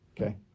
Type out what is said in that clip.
Okay